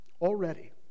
already